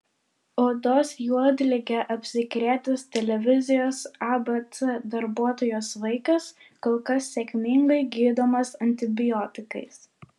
odos juodlige apsikrėtęs televizijos abc darbuotojos vaikas kol kas sėkmingai gydomas antibiotikais